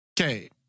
Okay